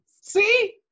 See